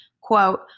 quote